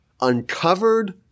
uncovered